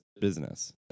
business